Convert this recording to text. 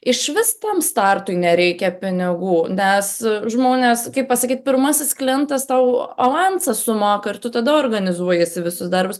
išvis tam startui nereikia pinigų nes žmonės kaip pasakyt pirmasis klientas tau avansą sumoka ir tu tada organizuojiesi visus darbus